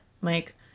mike